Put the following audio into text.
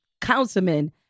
Councilman